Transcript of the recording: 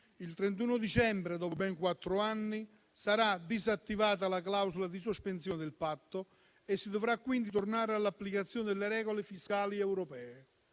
Il 31 dicembre, dopo ben quattro anni, sarà disattivata la clausola di sospensione del Patto e si dovrà quindi tornare all'applicazione delle regole fiscali europee.